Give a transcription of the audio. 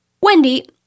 Wendy